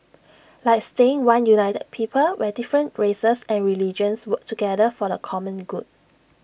like staying one united people where different races and religions work together for the common good